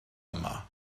yma